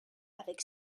avec